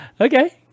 Okay